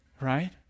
Right